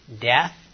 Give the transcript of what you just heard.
death